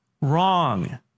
wrong